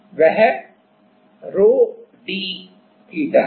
तो वह ρ d theta है